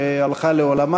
שהלכה לעולמה,